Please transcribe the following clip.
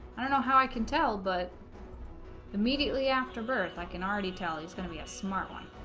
i don't know how i can tell but immediately after birth i can already tell he's gonna be a smart one